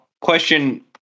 question